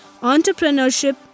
entrepreneurship